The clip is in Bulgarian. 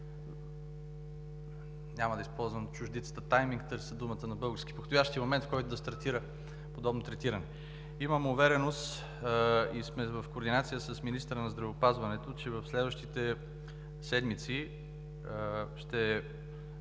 няма да използвам чуждицата timing, търся думата на български език – подходящия момент, в който да стартира подобно третиране. Имам увереност и сме в координация с министъра на здравеопазването, че в следващите седмици,